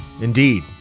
Indeed